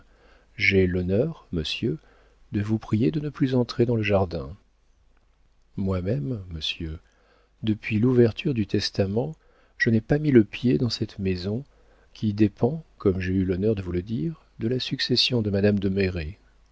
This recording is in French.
j'ai l'honneur monsieur de vous prier de ne plus entrer dans le jardin moi-même monsieur depuis l'ouverture du testament je n'ai pas mis le pied dans cette maison qui dépend comme j'ai eu l'honneur de vous le dire de la succession de madame de